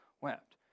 wept